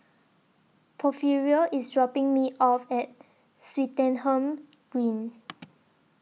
Porfirio IS dropping Me off At Swettenham Green